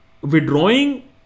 withdrawing